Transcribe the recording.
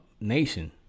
nation